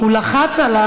הוא כרגע לחץ.